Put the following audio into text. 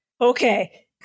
okay